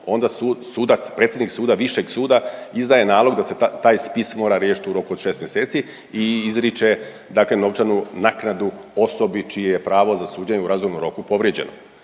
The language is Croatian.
onda sudac, predsjednik suda, višeg suda izdaje nalog da se taj spis mora riješiti u roku od 6 mjeseci i izriče dakle novčanu naknadu osobi, čije je pravo za suđenje u razumnom roku povrijeđeno.